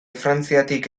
frantziatik